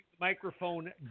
microphone